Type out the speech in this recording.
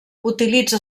utilitza